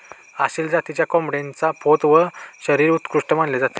आसिल जातीच्या कोंबडीचा पोत व शरीर उत्कृष्ट मानले जाते